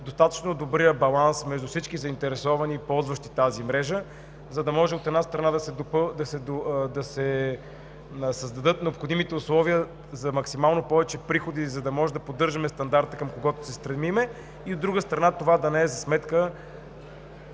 достатъчно добрия баланс между всички заинтересовани и ползващи тази мрежа, за да може, от една страна, да се създадат необходимите условия за максимално повече приходи, за да можем да поддържаме стандарта, към който се стремим, и, от друга страна, това да не е за сметка